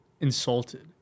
insulted